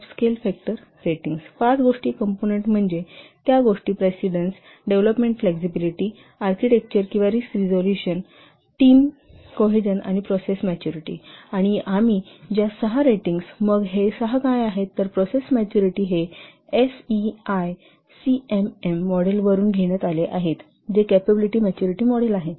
01∑ पाच गोष्टी कंपोनंन्ट म्हणजे त्या गोष्टी प्रेसिडेंस डेव्हलपमेंट फ्लेक्सिबिलिटी आर्किटेक्चर किंवा रिस्क रिजोल्यूशन टीम कोहेसन आणि प्रोसेस मॅच्युरिटी आणि सहा रेटिंग्ज आहे मग हे सहा काय आहेत तर प्रोसेस मॅच्युरिटी हे एसईआय सीएमएम मॉडेलवरून घेण्यात आले आहे जे कॅपॅबिलिटी मॅच्युरिटी मॉडेल आहे